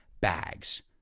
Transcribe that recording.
bags